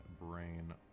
brain